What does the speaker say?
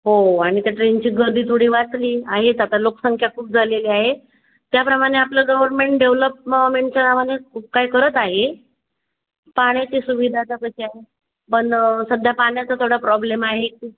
हो आणि त्या ट्रेनची गर्दी थोडी वाचली आहेच आता लोकसंख्या खूप झालेली आहे त्याप्रमाणे आपलं गव्हर्मेंट डेव्हलपमेन्टच्या खूप काही करत आहे पाण्याची सुविधाचा प्रश्न आहे पण सध्या पाण्याचा थोडा प्रॉब्लेम आहे